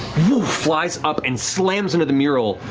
woof, flies up and slams into the mural.